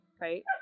right